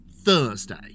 Thursday